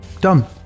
Done